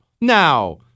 Now